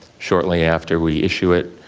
shortly after we issue it,